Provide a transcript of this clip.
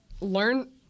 learn